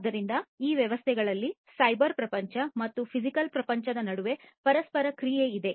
ಆದ್ದರಿಂದ ಈ ವ್ಯವಸ್ಥೆಗಳಲ್ಲಿ ಸೈಬರ್ ಪ್ರಪಂಚ ಮತ್ತು ಫಿಸಿಕಲ್ ಪ್ರಪಂಚದ ನಡುವೆ ಪರಸ್ಪರ ಕ್ರಿಯೆ ಇದೆ